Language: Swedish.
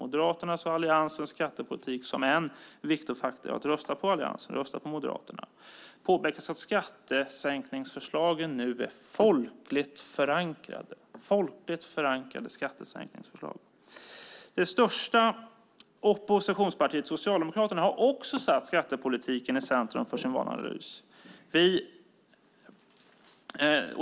Moderaternas och Alliansens skattepolitik var en viktig faktor för dem som röstade på Alliansen och Moderaterna. Det påpekas att skattesänkningsförslagen nu är folkligt förankrade. Det största oppositionspartiet, Socialdemokraterna, har också satt skattepolitiken i centrum för sin valanalys.